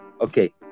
Okay